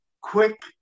quick